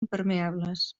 impermeables